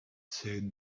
said